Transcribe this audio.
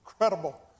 incredible